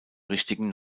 richtigen